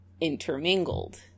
intermingled